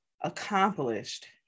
accomplished